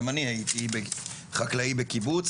גם אני הייתי חקלאי בקיבוץ,